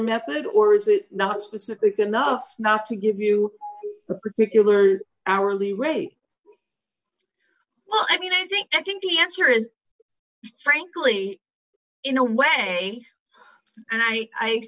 method or is it not specific enough not to give you a particular hourly rate well i mean i think i think the answer is frankly in a way and i